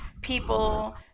people